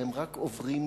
והם רק עוברים דירה.